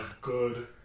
good